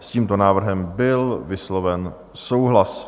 S tímto návrhem byl vysloven souhlas.